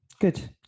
good